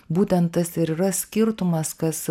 būtent tas ir yra skirtumas kas